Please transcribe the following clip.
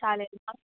चालेल ना